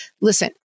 Listen